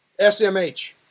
SMH